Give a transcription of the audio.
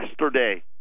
yesterday